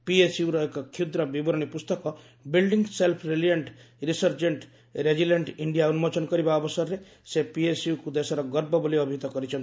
ପିଏସ୍ୟୁର ଏକ କ୍ଷୁଦ୍ର ବିବରଣୀ ପୁସ୍ତକ building self reliant resurgent resisting India' ଉନ୍କୋଚନ କରିବା ଅବସରରେ ସେ ପିଏସ୍ୟୁକ୍ ଦେଶର ଗର୍ବ ବୋଲି ଅଭିହିତ କରିଛନ୍ତି